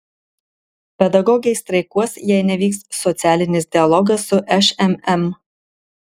pedagogai streikuos jei nevyks socialinis dialogas su šmm